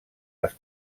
les